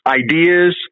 ideas